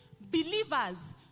Believers